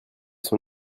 son